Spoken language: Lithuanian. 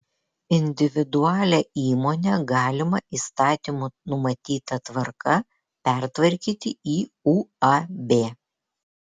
individualią įmonę galima įstatymų numatyta tvarka pertvarkyti į uab